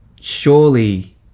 surely